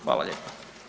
Hvala lijepa.